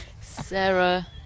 Sarah